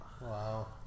Wow